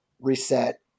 reset